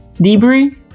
Debris